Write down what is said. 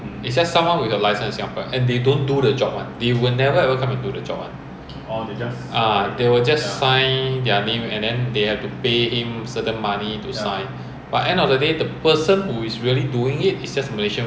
at least there is a seggregation mah but totally is unrelated you know is like in fact a lot of electrical job goes un~